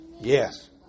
Yes